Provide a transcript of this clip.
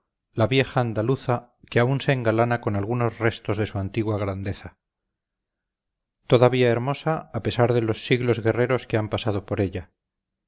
la vieja andaluza que aún se engalana con algunos restos de su antigua grandeza todavía hermosa a pesar de los siglos guerreros que han pasado por ella